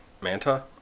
Manta